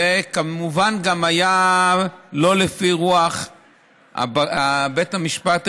וכמובן גם היה לא לפי רוח בית המשפט העליון,